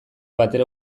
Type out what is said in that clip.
batere